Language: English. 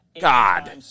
God